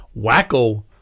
wacko